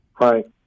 Right